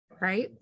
right